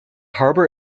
harbor